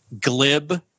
glib